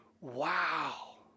wow